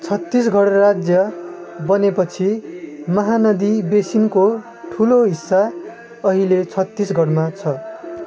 छत्तीसगढ राज्य बनेपछि महानदी बेसिनको ठुलो हिस्सा अहिले छत्तीसगढमा छ